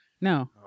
No